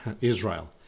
Israel